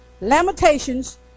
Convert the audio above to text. Lamentations